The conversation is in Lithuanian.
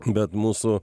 bet mūsų